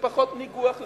ופחות ניגוח לשמו.